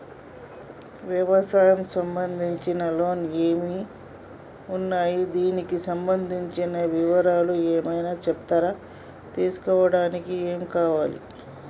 వ్యవసాయం సంబంధించిన లోన్స్ ఏమేమి ఉన్నాయి దానికి సంబంధించిన వివరాలు ఏమైనా చెప్తారా తీసుకోవడానికి ఏమేం కావాలి?